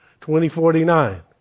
2049